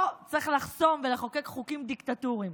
פה צריך לחסום ולחוקק חוקים דיקטטוריים.